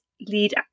lead